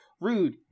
rude